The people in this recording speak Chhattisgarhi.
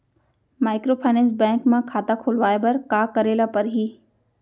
माइक्रोफाइनेंस बैंक म खाता खोलवाय बर का करे ल परही?